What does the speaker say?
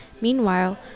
Meanwhile